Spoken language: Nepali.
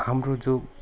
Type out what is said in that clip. हाम्रो जो